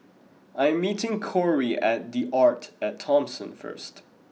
I'm meeting Kory at the Arte at Thomson first